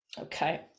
okay